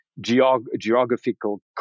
geographical